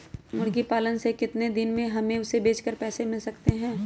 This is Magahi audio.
मुर्गी पालने से कितने दिन में हमें उसे बेचकर पैसे मिल सकते हैं?